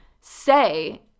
say